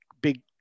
big